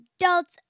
adults